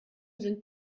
sind